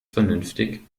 vernünftig